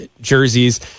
jerseys